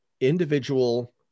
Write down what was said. individual